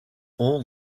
all